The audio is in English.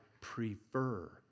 prefer